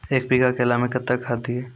एक बीघा केला मैं कत्तेक खाद दिये?